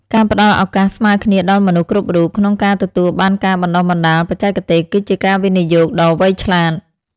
ការផ្ដល់ឱកាសស្មើគ្នាដល់មនុស្សគ្រប់រូបក្នុងការទទួលបានការបណ្តុះបណ្តាលបច្ចេកទេស គឺជាការវិនិយោគដ៏វៃឆ្លាត។